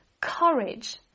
courage